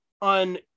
on